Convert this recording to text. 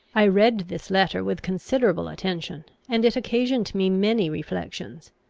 i read this letter with considerable attention, and it occasioned me many reflections.